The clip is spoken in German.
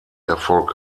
erfolg